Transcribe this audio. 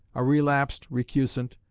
a relapsed recusant,